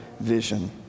vision